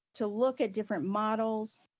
to look at different models,